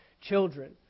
children